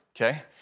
okay